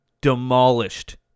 demolished